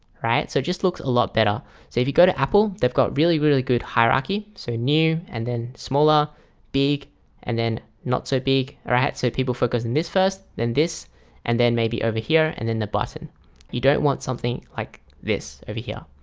alright, so it just looks a lot better so if you go to apple, they've got really really good hierarchy. so new and then smaller big and then not so big alright so people focus on this first then this and then maybe over here and then the button you don't want something like this over here,